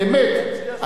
באמת,